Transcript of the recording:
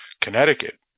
Connecticut